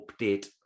update